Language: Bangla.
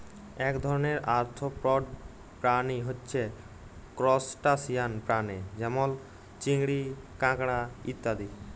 এক ধরণের আর্থ্রপড প্রাণী হচ্যে ত্রুসটাসিয়ান প্রাণী যেমল চিংড়ি, কাঁকড়া ইত্যাদি